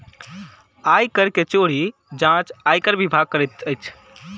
आय कर के चोरी के जांच आयकर विभाग करैत अछि